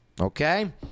Okay